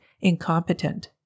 incompetent